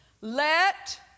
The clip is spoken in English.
Let